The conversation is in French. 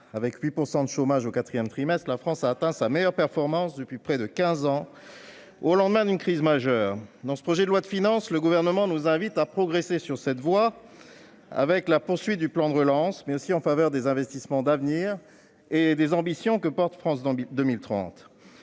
Avec 8 % de chômage au quatrième trimestre, la France a atteint sa meilleure performance depuis près de quinze ans, au lendemain d'une crise majeure. Dans ce projet de loi de finances, le Gouvernement nous invite à progresser sur cette voie, avec la poursuite du plan de relance, mais aussi en faveur des investissements d'avenir et des ambitions que porte le plan France 2030